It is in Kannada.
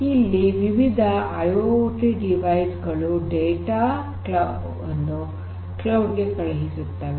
ಇಲ್ಲಿ ವಿವಿಧ ಐಐಓಟಿ ಡಿವೈಸ್ ಗಳು ಡೇಟಾ ವನ್ನು ಕ್ಲೌಡ್ ಗೆ ಕಳುಹಿಸುತ್ತವೆ